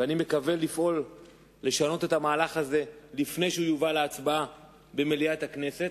ואני מתכוון לפעול לשנות את המהלך הזה לפני שיובא להצבעה במליאת הכנסת.